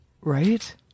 Right